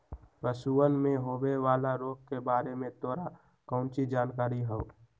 पशुअन में होवे वाला रोग के बारे में तोरा काउची जानकारी हाउ?